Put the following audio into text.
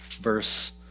verse